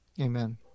amen